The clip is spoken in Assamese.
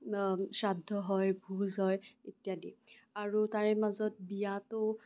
শ্ৰাদ্ধ হয় ভোজ হয় ইত্যাদি আৰু তাৰে মাজত বিয়াতো